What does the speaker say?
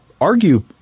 argue